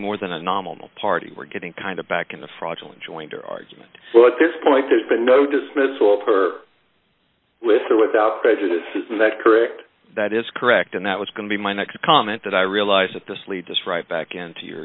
more than a nominal party we're getting kind of back in the fraudulent jointer argument at this point there's been no dismissal of her with or without prejudice is that correct that is correct and that was going to be my next comment that i realize that this leads us right back into your